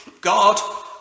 God